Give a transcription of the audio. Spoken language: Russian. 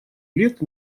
лет